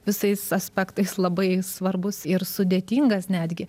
visais aspektais labai svarbus ir sudėtingas netgi